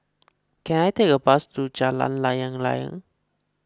can I take a bus to Jalan Layang Layang